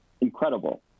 Incredible